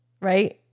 right